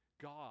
God